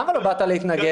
למה לא באת להתנגד?